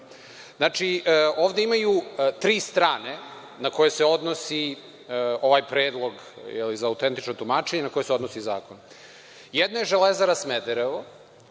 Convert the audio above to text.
radi. Znači, ovde imaju tri strane na koje se odnosi ovaj predlog za autentično tumačenje, na koje se odnosi zakon. Jedna je „Železara Smederevo“